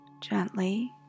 gently